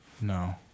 No